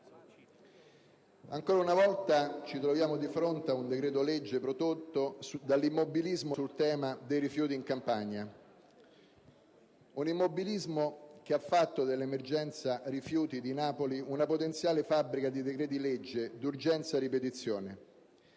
Ancora una volta ci troviamo di fronte a un decreto-legge prodotto dall'immobilismo sul tema dei rifiuti in Campania. Un immobilismo che ha fatto dell'emergenza rifiuti di Napoli una potenziale fabbrica di decreti-legge d'urgenza a ripetizione;